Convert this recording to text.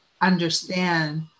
understand